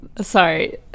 Sorry